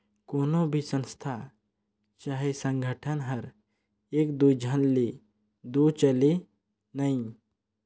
कोनो भी संस्था चहे संगठन हर एक दुई झन ले दो चले नई